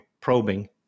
probing